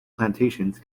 plantations